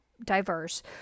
diverse